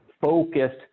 focused